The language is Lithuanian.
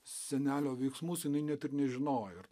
senelio veiksmus jinai net ir nežinojo